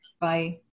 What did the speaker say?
Bye